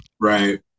Right